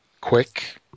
Quick